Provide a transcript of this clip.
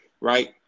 right